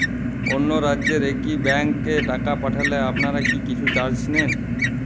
অন্য রাজ্যের একি ব্যাংক এ টাকা পাঠালে আপনারা কী কিছু চার্জ নেন?